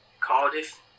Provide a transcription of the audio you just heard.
Cardiff